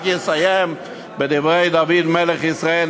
רק אסיים בדברי דוד מלך ישראל,